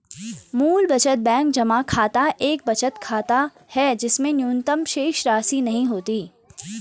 मूल बचत बैंक जमा खाता एक बचत खाता है जिसमें न्यूनतम शेषराशि नहीं होती है